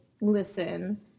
listen